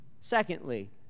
Secondly